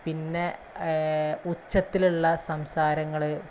പിന്നെ ഉച്ചത്തിലുള്ള സംസാരങ്ങള്